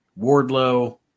Wardlow